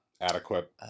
adequate